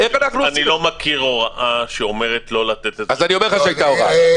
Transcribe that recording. אני לא מכיר הוראה שאומרת לא לתת --- אז אני אומר לך שהייתה הוראה,